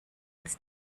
als